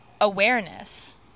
awareness